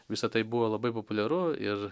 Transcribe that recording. visa tai buvo labai populiaru ir